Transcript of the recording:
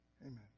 Amen